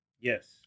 Yes